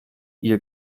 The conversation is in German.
ihr